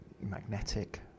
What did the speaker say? magnetic